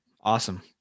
Awesome